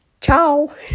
Ciao